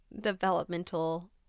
developmental